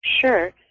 Sure